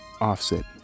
offset